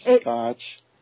Scotch